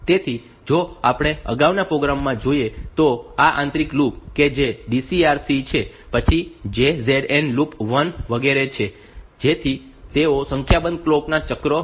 તેથી જો આપણે અગાઉના પ્રોગ્રામમાં જોઈએ તો આ આંતરિક લૂપ કે જે DCR C છે પછી JZN લૂપ 1 વગેરે છે જેથી તેઓ સંખ્યાબંધ કલોક ના ચક્રો લેશે